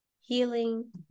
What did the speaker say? healing